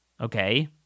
okay